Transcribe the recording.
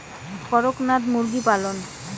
করকনাথ মুরগি পালন?